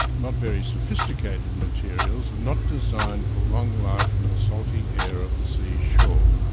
not very sophisticated materials, and not designed for long life in the salty air of the seashore.